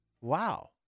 Wow